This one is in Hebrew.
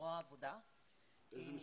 זרוע העבודה במשרד